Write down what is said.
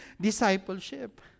discipleship